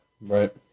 Right